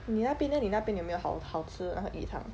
你那边 leh 你那边有没有好好吃那个鱼汤